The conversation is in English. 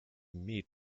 meat